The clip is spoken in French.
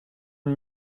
une